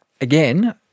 again